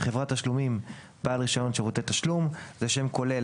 "חברת תשלומים" - בעל רישיון שירותי תשלום; זהו שם כולל